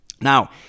Now